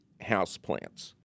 Houseplants